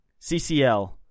CCL